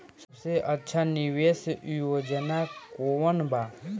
सबसे अच्छा निवेस योजना कोवन बा?